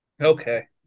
Okay